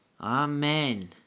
Amen